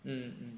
mm mm